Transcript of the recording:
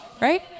right